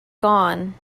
gone